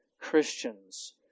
Christians